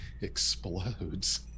explodes